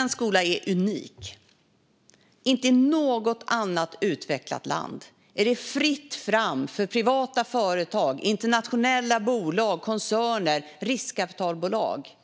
Fru talman! Svensk skola är unik. Inte i något annat utvecklat land är det fritt fram för privata företag, internationella bolag, koncerner och riskkapitalbolag